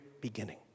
beginning